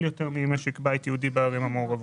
יותר מהממוצע במשק בית יהודי בערים המעורבות.